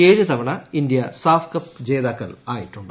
ഏഴ് തവണ India SAFF cup ജേതാക്കളായിട്ടുണ്ട്